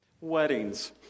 Weddings